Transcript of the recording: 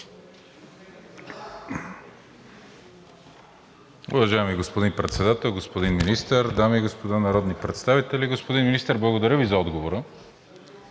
Уважаеми господин Председател, господин Министър, дами и господа народни представители! Господин Министър, благодаря Ви за отговора.